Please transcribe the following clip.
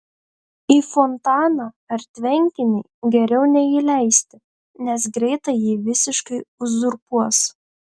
į fontaną ar tvenkinį geriau neįleisti nes greitai jį visiškai uzurpuos